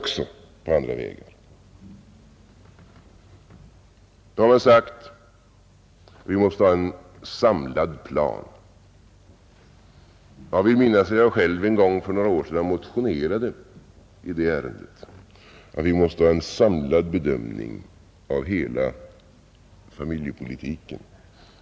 Nu har man sagt att vi måste ha en samlad plan. Jag vill minnas att jag själv en gång för några år sedan motionerade i det ärendet, att vi måste ha en samlad bedömning av hela familjepolitiken.